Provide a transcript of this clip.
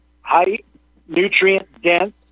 high-nutrient-dense